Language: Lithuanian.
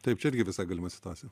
taip čia irgi visai galima situacija